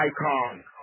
icon